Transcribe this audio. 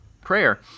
prayer